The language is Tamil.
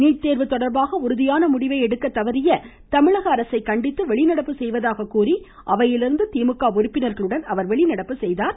நீட்தேர்வு தொடர்பாக உறுதியான முடிவை எடுக்க தவறிய தமிழக அரசை கண்டித்து வெளிநடப்பு செய்வதாக கூறி அவையிலிருந்து திமுக உறுப்பினர்களுடன் அவர் வெளிநடப்பு செய்தார்